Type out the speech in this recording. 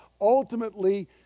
ultimately